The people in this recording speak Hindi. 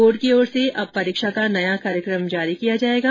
बोर्ड की ओर से अब परीक्षा का नया कार्यक्रम जारी किया जाएगा